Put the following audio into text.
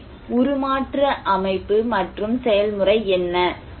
எனவே உருமாற்ற அமைப்பு மற்றும் செயல்முறை என்ன